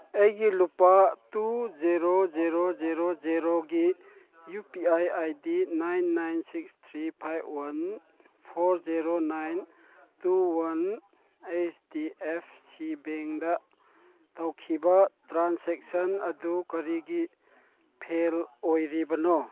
ꯑꯩꯒꯤ ꯂꯨꯄꯥ two zero zero zero ꯖꯦꯔꯣꯒꯤ U P I I D nine nine six three five one four zero nine two one I D F C ꯕꯦꯡꯗ ꯇꯧꯈꯤꯕ ꯇ꯭ꯔꯥꯟꯖꯦꯛꯁꯟꯗꯨ ꯀꯔꯤꯒꯤ ꯐꯦꯜ ꯑꯣꯏꯔꯤꯕꯅꯣ